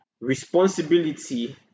responsibility